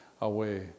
away